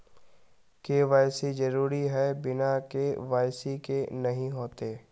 KYC जरुरी है बिना के.वाई.सी के नहीं होते?